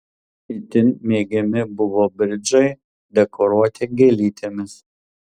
itin mėgiami buvo bridžai dekoruoti gėlytėmis